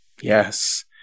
Yes